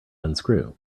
unscrew